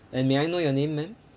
and may I know your name ma'am